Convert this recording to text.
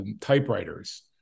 typewriters